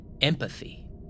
empathy